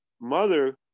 mother